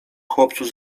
chłopców